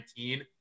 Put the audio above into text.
2019